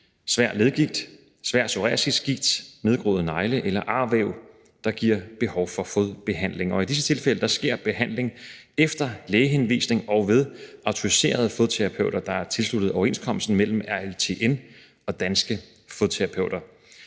svær leddegigt, svær psoriasisgigt, nedgroede negle eller arvæv, der giver behov for fodbehandling. I de tilfælde sker behandling efter lægehenvisning og ved autoriserede fodterapeuter, der er tilsluttet overenskomsten mellem RLTN og Danske Fodterapeuter.